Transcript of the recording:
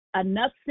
enough